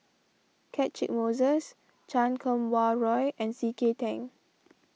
Catchick Moses Chan Kum Wah Roy and C K Tang